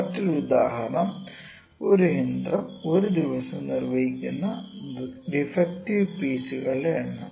മറ്റൊരു ഉദാഹരണം ഒരു യന്ത്രം ഒരു ദിവസം നിർമ്മിക്കുന്ന ഡിഫെക്ടിവ് പീസുകളുടെ എണ്ണം